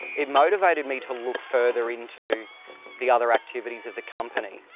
it motivated me to look further into the other activities of the company,